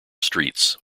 streets